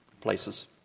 places